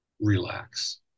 relax